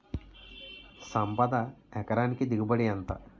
సంపద ఎకరానికి దిగుబడి ఎంత?